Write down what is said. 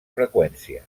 freqüència